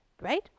right